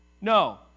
No